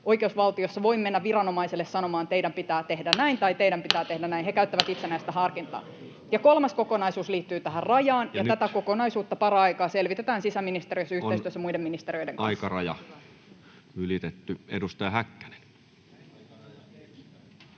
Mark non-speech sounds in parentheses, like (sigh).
oikeusvaltiossa voi mennä viranomaiselle sanomaan, että teidän pitää tehdä näin (noise) tai teidän pitää tehdä näin. He käyttävät itsenäistä harkintaa. Kolmas kokonaisuus liittyy rajaan, ja tätä kokonaisuutta paraikaa selvitetään sisäministeriössä yhteistyössä muiden ministeriöiden kanssa. [Speech 364] Speaker: Toinen